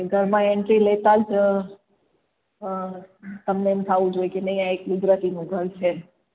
ઘરમાં એન્ટ્રી લેતાં જ તમને એમ થવું જોઈએ કે નહીં આ એક ગુજરાતીનું ઘર છે